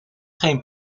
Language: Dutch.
geen